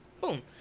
boom